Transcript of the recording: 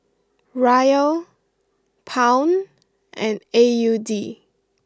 Riyal Pound and A U D